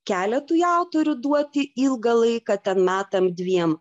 keletui autorių duoti ilgą laiką ten metam dviem